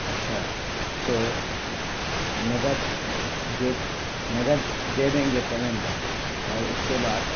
اچھا تو نقد دے نقد دے دیں گے پیمنٹ اور اس کے بعد